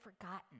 forgotten